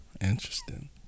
interesting